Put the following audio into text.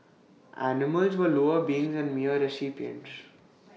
animals were lower beings and mere recipients